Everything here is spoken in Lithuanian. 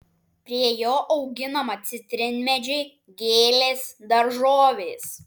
prie jo auginama citrinmedžiai gėlės daržovės